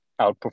outperform